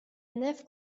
nef